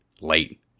late